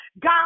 God